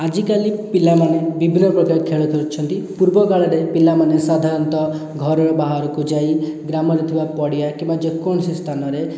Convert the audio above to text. ଆଜିକାଲି ପିଲାମାନେ ବିଭିନ୍ନ ପ୍ରକାର ଖେଳ ଖେଳୁଛନ୍ତି ପୂର୍ବକାଳରେ ପିଲାମାନେ ସାଧାରଣତଃ ଘରର ବାହାରକୁ ଯାଇ ଗ୍ରାମରେ ଥିବା ପଡ଼ିଆ କିମ୍ୱା ଯେକୌଣସି ସ୍ଥାନରେ